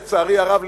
לצערי הרב,